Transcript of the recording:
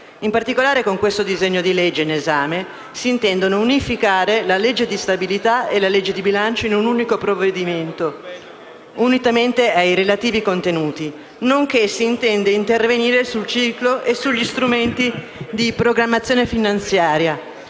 In particolare, con il disegno di legge in esame si intendono unificare la legge di stabilità e la legge di bilancio in un unico provvedimento, unitamente ai relativi contenuti, nonché intervenire sul ciclo e sugli strumenti di programmazione finanziaria